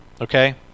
okay